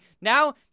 Now